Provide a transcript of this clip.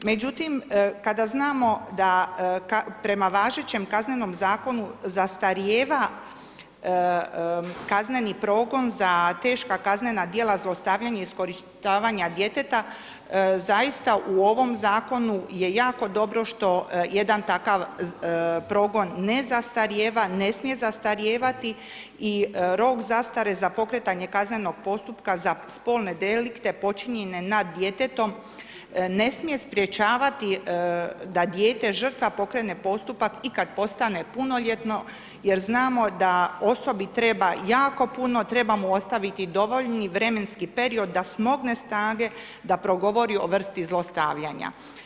Međutim, kada znamo da prema važećem Kaznenom zakonu zastarijeva kazneni progon za teška kaznena djela zlostavljanja i iskorištavanja djeteta zaista u ovom zakonu je jako dobro što jedan takav progon ne zastarijeva, ne smije zastarijevati i rok zastare za pokretanje kaznenog postupka za spolne delikte počinjenje nad djetetom ne smije sprječavati da dijete žrtva pokrene postupak i kad postane punoljetno jer znamo da osobi treba jako puno, treba mu ostaviti dovoljno vremenski period da smogne snage da progovori o vrsti zlostavljanja.